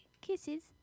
Kisses